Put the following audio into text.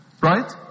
Right